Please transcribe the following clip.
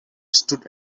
stood